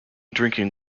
drinking